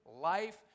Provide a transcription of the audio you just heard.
life